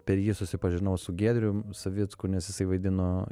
per jį susipažinau su giedrium savicku nes jisai vaidino